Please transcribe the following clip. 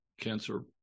cancer